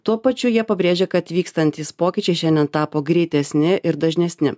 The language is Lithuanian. tuo pačiu jie pabrėžia kad vykstantys pokyčiai šiandien tapo greitesni ir dažnesni